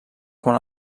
quan